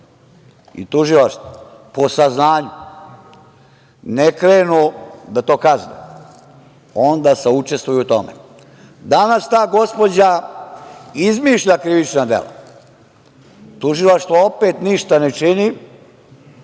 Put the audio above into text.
i tužilaštvo po saznanju ne krenu da to kazne, onda saučestvuju u tome. Danas ta gospođa izmišlja krivična dela. Tužilaštvo opet ništa ne čini,